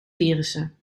virussen